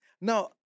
Now